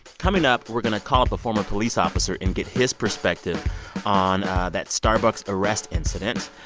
coming up, we're going to call up a former police officer and get his perspective on that starbucks arrest incident.